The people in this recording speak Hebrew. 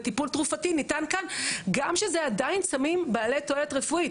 וטיפול תרופתי ניתן כאן גם כשזה עדיין סמים בעלי תועלת רפואית,